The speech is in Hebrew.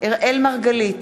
אראל מרגלית,